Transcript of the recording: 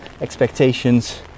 expectations